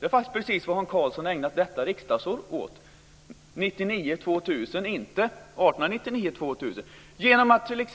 Det är faktiskt vad Hans Karlsson har ägnat detta riksdagsår, 1999 1900 - genom att t.ex.